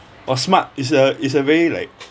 !wah! smart is a is a very like